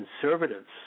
conservatives